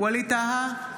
ווליד טאהא,